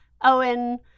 Owen